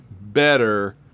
better